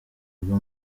rwo